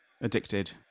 Addicted